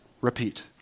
Repeat